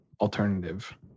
alternative